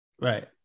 Right